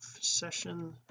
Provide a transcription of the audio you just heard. session